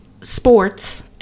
sports